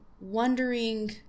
wondering